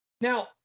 Now